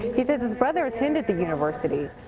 he says his brother attended the university.